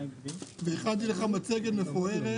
הכנתי מצגת מפוארת.